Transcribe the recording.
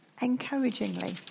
encouragingly